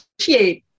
appreciate